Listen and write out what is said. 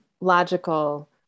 logical